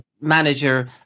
manager